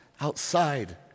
outside